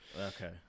Okay